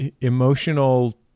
emotional